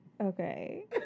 Okay